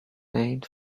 named